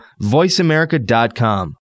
VoiceAmerica.com